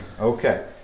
Okay